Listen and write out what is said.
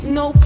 no